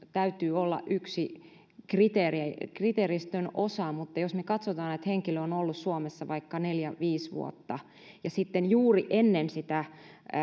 täytyy olla yksi kriteeristön osa mutta jos me katsomme että henkilö on ollut suomessa vaikka neljä viisi vuotta ja sitten juuri ennen sitä